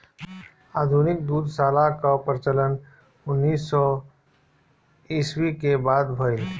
आधुनिक दुग्धशाला कअ प्रचलन उन्नीस सौ ईस्वी के बाद भइल